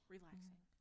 Relaxing